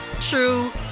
true